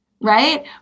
right